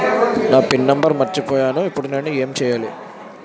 నా pin number మర్చిపోయాను ఇప్పుడు నేను ఎంచేయాలి?